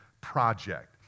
project